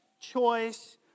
choice